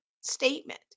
statement